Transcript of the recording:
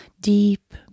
deep